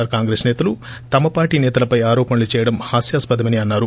are Congress సేతలు తమ party సేతలపై ఆరోపణలు చేయడం హాస్యాస్పదమని అన్నారు